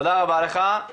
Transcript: תודה רבה לך,